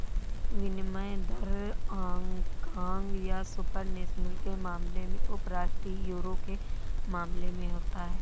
विनिमय दर हांगकांग या सुपर नेशनल के मामले में उपराष्ट्रीय यूरो के मामले में होता है